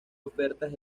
ofertas